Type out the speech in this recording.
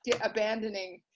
abandoning